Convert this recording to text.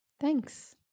thanks